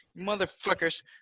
Motherfuckers